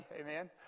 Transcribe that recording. Amen